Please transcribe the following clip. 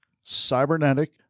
cybernetic